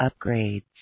upgrades